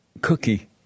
cookie